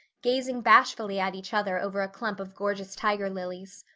gazing bashfully at each other over a clump of gorgeous tiger lilies.